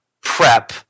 prep